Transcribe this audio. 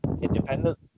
Independence